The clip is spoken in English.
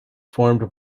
formed